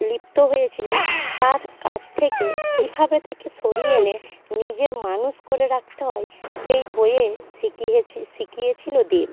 লিপ্ত হয়েছিলো তার কাছ থেকে কীভাবে তাকে সরিয়ে এনে নিজের মানুষ করে রাখতে হয় সেই বইয়ে শিখিয়েছে শিখিয়েছিলো দেব